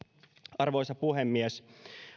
arvoisa puhemies